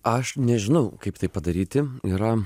aš nežinau kaip tai padaryti yra